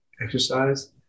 exercise